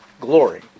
glory